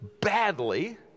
badly